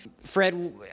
fred